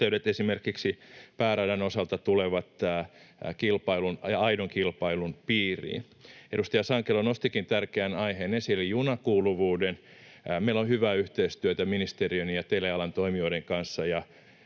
yhteydet esimerkiksi pääradan osalta tulevat aidon kilpailun piiriin. Edustaja Sankelo nostikin tärkeän aiheen esille, junakuuluvuuden: Meillä on hyvää yhteistyötä ministeriön ja telealan toimijoiden kanssa